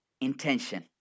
Intention